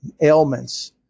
ailments